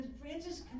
Francis